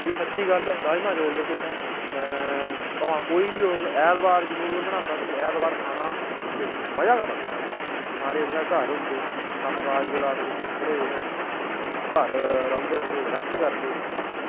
एह् सच्ची गल्ल ऐ राजमा चौल जेह्के इत्थैं भामें कोई बी होग ऐतबार जरूर बनांदा कि ऐतबार खाना उसी मज़ा गै बक्खरा ऐ भाई सारे इसलै घर होंदे कम्मकाज़ कोला उस दिन थोह्ड़े उ'नें घर रौंह्दे थोह्ड़े रैस्ट करदे